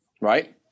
right